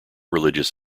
religious